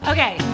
Okay